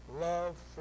love